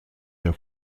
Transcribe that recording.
der